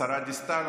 השרה דיסטל,